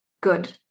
good